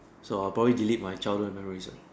so I'll probably delete my childhood memories